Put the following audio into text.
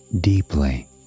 deeply